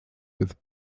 with